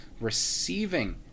Receiving